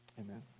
Amen